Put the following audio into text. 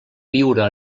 viure